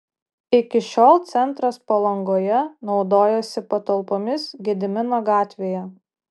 iki šiol centras palangoje naudojosi patalpomis gedimino gatvėje